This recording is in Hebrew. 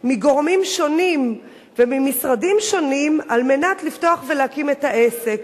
מגורמים שונים וממשרדים שונים על מנת לפתוח ולהקים את העסק.